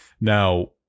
Now